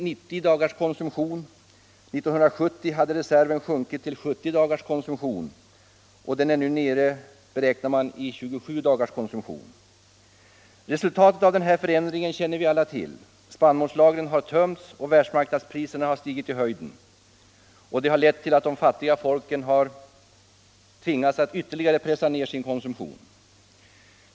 År 1970 hade reserven sjunkit till 70 dagars konsumtion, och den beräknas nu vara nere i 27 dagars konsumtion. Resultatet av den här förändringen känner vi alla till. Spannmålslagren har tömts, och världsmarknadspriserna har stigit. Det har lett till att de fattiga folken har tvingats att ytterligare pressa ned sin konsumtion.